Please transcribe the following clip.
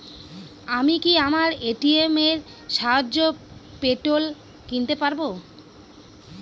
আমি কি আমার এ.টি.এম এর সাহায্যে পেট্রোল কিনতে পারব?